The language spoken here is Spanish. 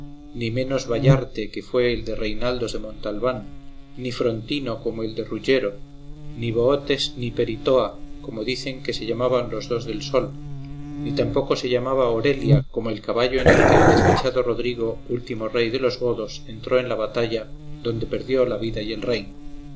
ni menos bayarte que fue el de reinaldos de montalbán ni frontino como el de rugero ni bootes ni peritoa como dicen que se llaman los del sol ni tampoco se llama orelia como el caballo en que el desdichado rodrigo último rey de los godos entró en la batalla donde perdió la vida y el reino